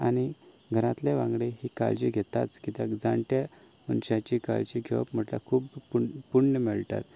आनी घरांतले वांगडी ही काळजी घेताच कित्याक जांणट्यां मनशांची काळजी घेवप म्हणल्यार खूब पूण पुण्य मेळटा